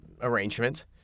arrangement